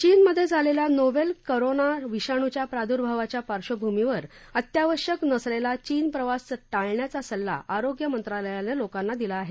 चीनमधे झालेल्या novel corona विषाणूच्या प्राद्भावाच्या पार्बभूमीवर अत्यावश्यक नसलेला चीन प्रवास टाळण्याचा सल्ला आरोग्य मंत्रालयानं लोकांना दिला आहे